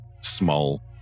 small